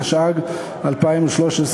התשע"ג 2013,